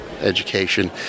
education